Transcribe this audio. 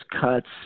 cuts